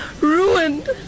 Ruined